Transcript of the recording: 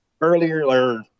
earlier